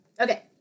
Okay